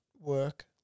work